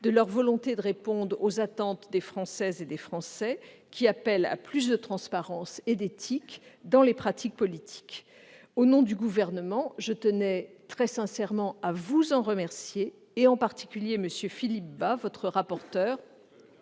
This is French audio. de leur volonté de répondre aux attentes des Françaises et des Français, qui appellent à plus de transparence et d'éthique dans les pratiques politiques. Au nom du Gouvernement, je tenais très sincèrement à vous en remercier, mesdames, messieurs les sénateurs, en particulier M. Philippe Bas, votre rapporteur,